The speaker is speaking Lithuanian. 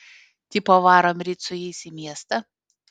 tipo varom ryt su jais į miestą